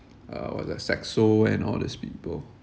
uh what is that saxo and all these people